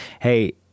hey